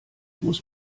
muss